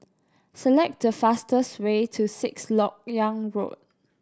select the fastest way to Sixth Lok Yang Road